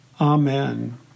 Amen